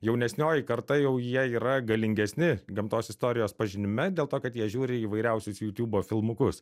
jaunesnioji karta jau jie yra galingesni gamtos istorijos pažinime dėl to kad jie žiūri įvairiausius jutubo filmukus